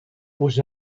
was